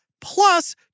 plus